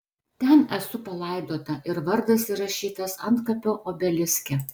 ten esu palaidota ir vardas įrašytas antkapio obeliske